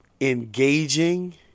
engaging